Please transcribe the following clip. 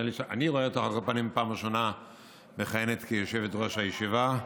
אני רואה אותך על כל פנים בפעם הראשונה מכהנת כיושבת-ראש הישיבה.